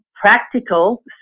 practical